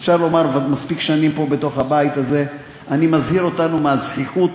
אפשר לומר מספיק שנים פה בבית הזה: אני מזהיר אותנו מהזחיחות